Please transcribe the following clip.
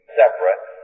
separate